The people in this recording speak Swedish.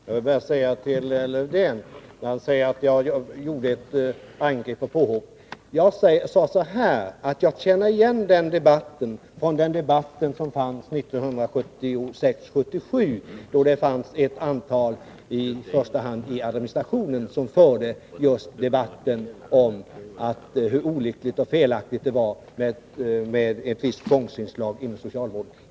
Herr talman! Lars-Erik Lövdén säger att jag angripit socialarbetare. Jag sade att jag känner igen argumenten från den debatt som fördes 1976 och 1977. Då framhöll ett antal personer, i första hand inom administrationen, hur olyckligt och felaktigt det var med ett visst tvångsinslag inom socialvården.